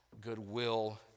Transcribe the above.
goodwill